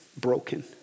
broken